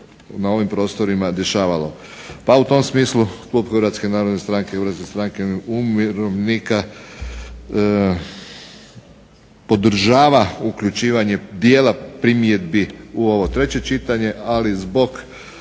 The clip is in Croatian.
na ovim prostorima dešavalo. Pa u tom smislu Klub Hrvatske stranke umirovljenika i Hrvatske narodne stranke podržava uključivanje dijela primjedbi u ovo treće čitanje ali zbog